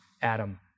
Adam